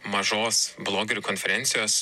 mažos blogerių konferencijos